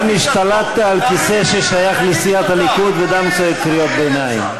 גם השתלטת על כיסא ששייך לסיעת הליכוד וגם צועק קריאות ביניים.